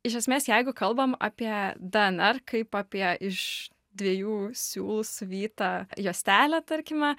iš esmės jeigu kalbam apie dnr kaip apie iš dviejų siūlų suvytą juostelę tarkime